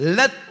let